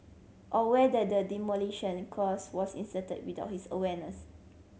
or whether the demolition clause was inserted without his awareness